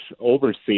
overseas